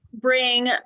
bring